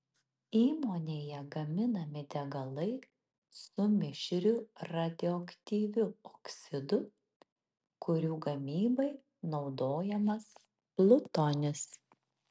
įmonėje gaminami degalai su mišriu radioaktyviu oksidu kurių gamybai naudojamas plutonis